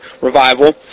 revival